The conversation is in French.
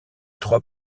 trois